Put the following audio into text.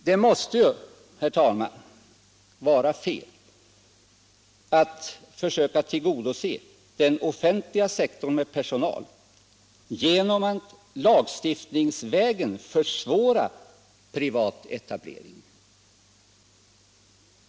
Det måste, herr talman, vara fel att försöka tillgodose den offentliga sektorn med personal genom att lagstiftningsvägen försvåra privat etablering.